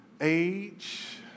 age